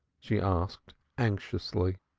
she asked anxiously.